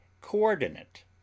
coordinate